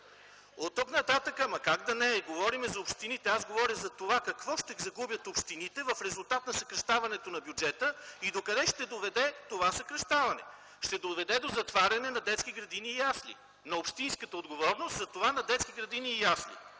темата. АНТОН КУТЕВ: Как да не е? Говорим за общините. Аз говоря за това какво ще загубят общините в резултат на съкращаването на бюджета и докъде ще доведе това съкращаване. Ще доведе до затваряне на детски градини и ясли – на общинска отговорност. Ще доведе до това, че хиляди